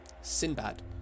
Sinbad